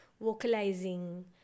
vocalizing